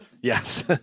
yes